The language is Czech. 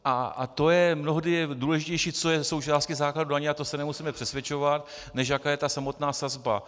A mnohdy je důležitější, co je součástí základu daně, a to se nemusíme přesvědčovat, než jaká je samotná sazba.